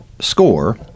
score